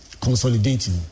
consolidating